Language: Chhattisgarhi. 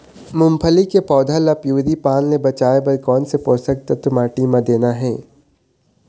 मुंगफली के पौधा ला पिवरी पान ले बचाए बर कोन से पोषक तत्व माटी म देना हे?